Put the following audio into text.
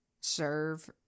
serve